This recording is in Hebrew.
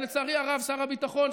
ולצערי הרב שר הביטחון,